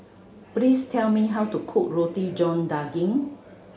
please tell me how to cook Roti John Daging